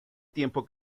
tiempo